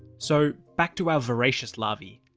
so, back to our voracious larvae,